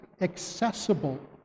accessible